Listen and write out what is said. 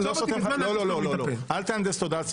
אל תהנדס תודעה,